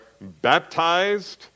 baptized